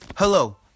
Hello